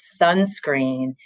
sunscreen